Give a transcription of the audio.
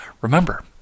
Remember